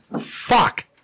Fuck